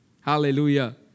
Hallelujah